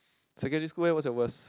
secondary school where was the worst